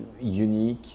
unique